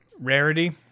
Rarity